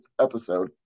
episode